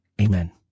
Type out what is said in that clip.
Amen